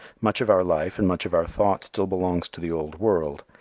much of our life and much of our thought still belongs to the old world.